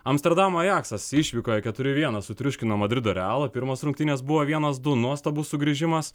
amsterdamo ajaksas išvykoje keturi vienas sutriuškino madrido realą pirmos rungtynės buvo vienas du nuostabus sugrįžimas